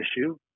issue